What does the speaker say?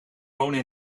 wonen